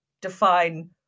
define